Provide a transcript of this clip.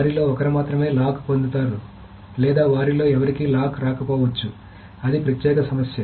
వారిలో ఒకరు మాత్రమే లాక్ పొందుతారు లేదా వారిలో ఎవరికీ లాక్ రాకపోవచ్చు అది ప్రత్యేక సమస్య